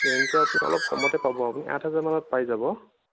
প্লেইনটো আপুনি অলপ কমতে পাম আপুনি আঠ হাজাৰ মানত পাই যাব